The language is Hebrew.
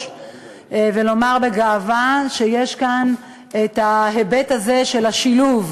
ולומר בגאווה שיש כאן ההיבט הזה של השילוב.